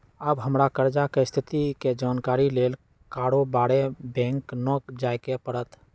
अब हमरा कर्जा के स्थिति के जानकारी लेल बारोबारे बैंक न जाय के परत्